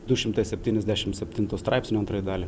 du šimtai septyniasdešimt septinto straipsnio antrąją dalį